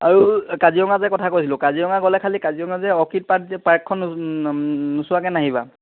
আৰু কাজিৰঙা যে কথা কৈছিলোঁ কাজিৰঙা গ'লে খালি কাজিৰঙা যে অৰ্কিড পাৰ্ক যে পাৰ্কখন নোচোৱাকে নাহিবা